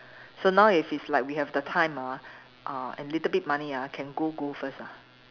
so now if it's like we have the time ah uh and little bit money ah can go go first ah